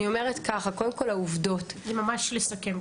היו"ר מירב בן ארי (יו"ר ועדת ביטחון הפנים): אם תוכלי לסכם,